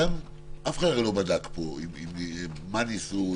אף אחד הרי לא בדק פה מה ניסו,